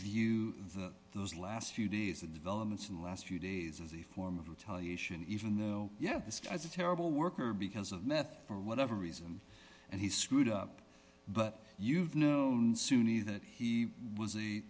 view of those last few days of developments in the last few days as a form of retaliation even though yes this is a terrible worker because of meth for whatever reason and he screwed up but you've known sunni that he was a